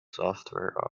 software